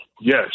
yes